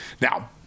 Now